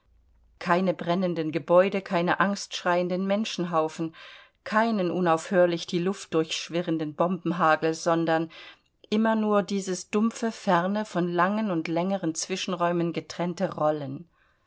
keine brennenden gebäude keine angstschreienden menschenhaufen keinen unaufhörlich die luft durchschwirrenden bombenhagel sondern immer nur dieses dumpfe ferne von langen und längeren zwischenräumen getrennte rollen